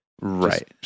Right